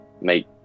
make